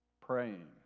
praying